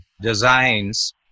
designs